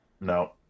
No